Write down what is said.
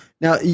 Now